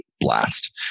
blast